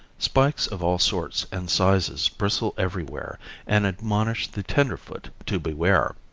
spikes of all sorts and sizes bristle everywhere and admonish the tenderfoot to beware.